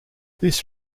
this